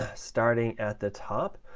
ah starting at the top,